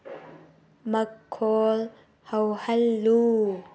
ꯃꯈꯣꯜ ꯍꯧꯍꯜꯂꯨ